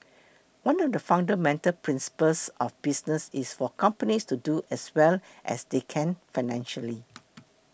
one of the fundamental principles of business is for companies to do as well as they can financially